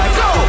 go